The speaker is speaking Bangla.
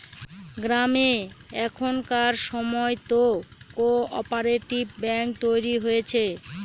গ্রামে এখনকার সময়তো কো অপারেটিভ ব্যাঙ্ক তৈরী হয়েছে